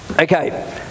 Okay